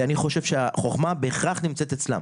ואני חושב שהחוכמה בהכרח נמצאת אצלם.